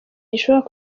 gishobora